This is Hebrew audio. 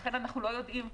לכן אנו לא יודעים,